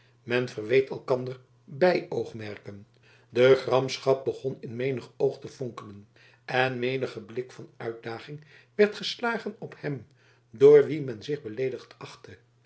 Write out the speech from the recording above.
men verweet elkander bijoogmerken de gramschap begon in menig oog te fonkelen en menige blik van uitdaging werd geslagen op hem door wien men zich beleedigd achtte